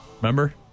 Remember